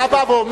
אתה בא ואומר,